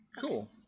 Cool